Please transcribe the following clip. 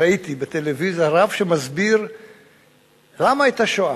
ראיתי בטלוויזיה רב שמסביר למה היתה שואה.